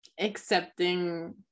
accepting